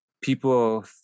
people